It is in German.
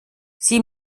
sie